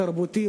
התרבותי,